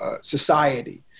society